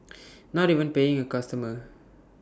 not even paying A customer